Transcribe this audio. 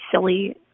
silly